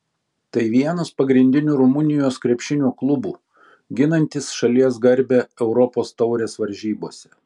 tai vienas pagrindinių rumunijos krepšinio klubų ginantis šalies garbę europos taurės varžybose